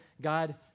God